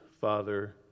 father